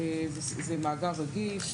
זה מאגר רגיש.